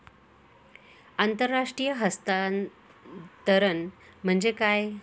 आंतरराष्ट्रीय हस्तांतरण म्हणजे काय?